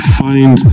find